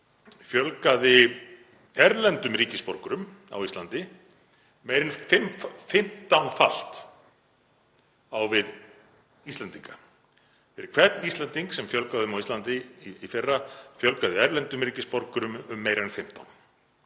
fjölgaði erlendum ríkisborgurum á Íslandi meira en fimmtánfalt á við Íslendinga. Fyrir hvern Íslending sem fjölgaði um á Íslandi í fyrra fjölgaði erlendum ríkisborgurum um meira en 15.